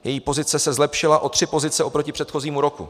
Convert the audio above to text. Její pozice se zlepšila o tři pozice oproti předchozímu roku.